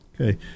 okay